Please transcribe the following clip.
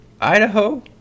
Idaho